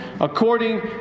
according